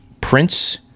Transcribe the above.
Prince